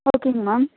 ஓகேங்க மேம்